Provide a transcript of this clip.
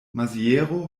maziero